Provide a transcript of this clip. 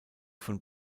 von